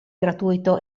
gratuito